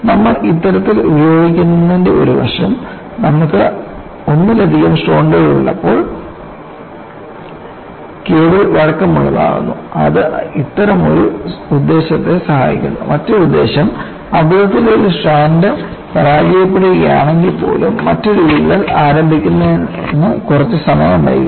നമ്മൾ ഇത്തരത്തിൽ ഉപയോഗിക്കുന്നതിൻറെ ഒരു വശം നമുക്ക് ഒന്നിലധികം സ്ട്രോണ്ടുകൾ ഉള്ളപ്പോൾ കേബിൾ വഴക്കമുള്ളതാക്കുന്നു അത് അത്തരമൊരു ഉദ്ദേശ്യത്തെ സഹായിക്കുന്നു മറ്റൊരു ഉദ്ദേശ്യം അബദ്ധത്തിൽ ഒരു സ്ട്രാന്റ് പരാജയപ്പെടുകയാണെങ്കിൽപ്പോലും മറ്റൊരു വിള്ളൽ ആരംഭിക്കുന്നതിന് കുറച്ച് സമയം വൈകും